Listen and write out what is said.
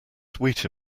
sweet